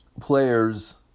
players